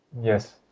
Yes